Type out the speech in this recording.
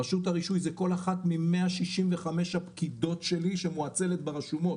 רשות הרישוי זה כל אחת מ-165 הפקידות שלי שמואצלת ברשומות,